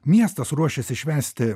miestas ruošiasi švęsti